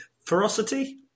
Ferocity